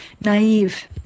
naive